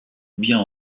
bien